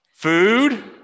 Food